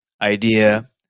idea